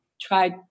try